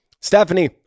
Stephanie